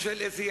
אבל הוא בא עם